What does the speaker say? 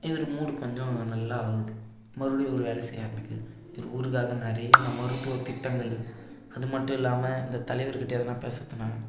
இவருக்கு மூடு கொஞ்சம் நல்லா ஆகுது மறுபடி ஒரு வேலை செய்ய ஆரமிக்கிறாரு இவர் ஊருக்காக நிறைய மருத்துவ திட்டங்கள் அது மட்டும் இல்லாமல் அந்த தலைவர் கிட்ட எதுனா பேசுகிறதுன்னா